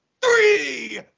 three